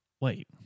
Wait